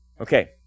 Okay